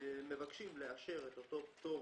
ומבקשים לאשר את אותו פטור